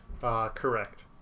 Correct